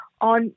on